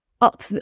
up